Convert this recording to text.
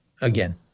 again